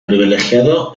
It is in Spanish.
privilegiado